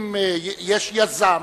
ואם יש יזם,